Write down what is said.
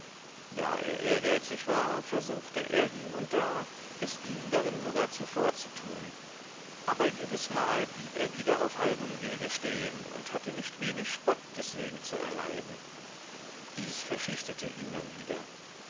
da er ehrgeizig war versuchte er hie und da es ihnen darin sogar zuvorzutun aber jedesmal blieb er wieder auf halbem wege stehen und hatte nicht wenig spott deswegen zu erleiden dies verschüchterte ihn dann wieder